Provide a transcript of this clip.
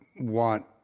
want